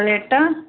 प्लेटां